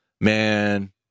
Man